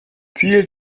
ziel